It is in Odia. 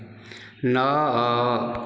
ନଅ